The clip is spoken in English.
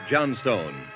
Johnstone